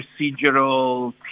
procedural